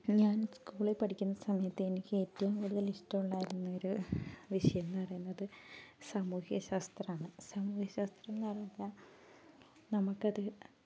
ഞാൻ സ്കൂളിൽ പഠിക്കുന്ന സമയത്ത് എനിക്ക് കൂടുതൽ ഇഷ്ടമുണ്ടായിരുന്ന ഒരു വിഷയം എന്നു പറയുന്നത് സാമൂഹ്യ ശാസ്ത്രമാണ് സാമൂഹ്യ ശാസ്ത്രം എന്നു പറയുമ്പോൾ നമുക്കത്